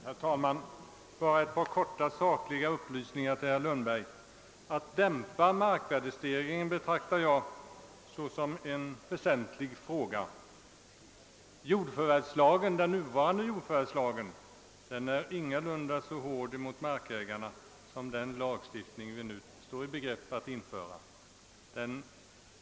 Herr talman! Bara ett par kortfattade sakliga upplysningar till herr Lundberg. Att dämpa markvärdestegringen betraktar jag såsom en väsentlig fråga. Den nuvarande jordförvärvslagen är ingalunda så hård mot de markägare som omfattas av den som den lagstiftning vi nu står i begrepp att införa.